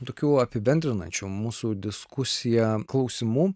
tokių apibendrinančių mūsų diskusiją klausimų